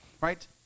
right